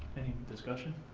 discussion?